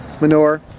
manure